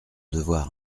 devoir